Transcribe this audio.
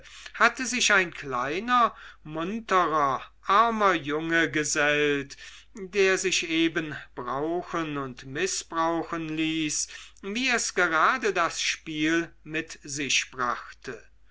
hatte sich ein kleiner munterer armer junge gesellt der sich eben brauchen und mißbrauchen ließ wie es gerade das spiel mit sich brachte